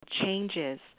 changes